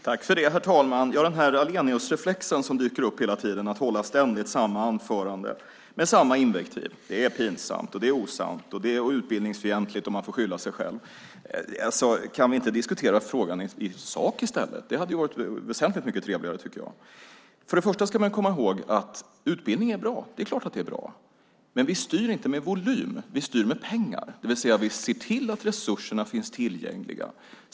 Herr talman! Den här Ahleniusreflexen dyker upp hela tiden, att ständigt hålla samma anförande med samma invektiv: Det är pinsamt, det är osant, det är utbildningsfientligt och man får skylla sig själv. Kan vi inte diskutera frågan i sak i stället? Det tycker jag hade varit väsentligt mycket trevligare. Först och främst ska man komma ihåg att det är klart att det är bra med utbildning. Men vi styr inte med volym. Vi styr med pengar, det vill säga ser till att resurserna finns tillgängliga.